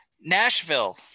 Nashville